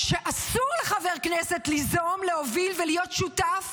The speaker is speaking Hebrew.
שאסור לחבר כנסת ליזום, להוביל ולהיות שותף